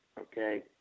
okay